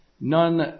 None